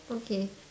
okay